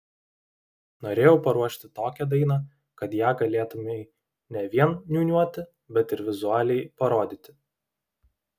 norėjau paruošti tokią dainą kad ją galėtumei ne vien niūniuoti bet ir vizualiai parodyti